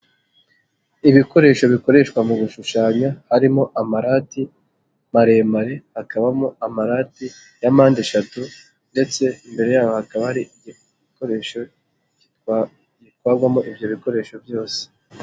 Ibikoresho bikoreshwa mu gushushanya harimo amarati maremare, hakabamo amarati ya mpande eshatu ndetse imbere yabo hakaba ari igikoresho gitwarwamo ibyo bikoresho byose.